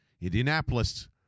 indianapolis